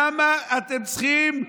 למה אתם צריכים,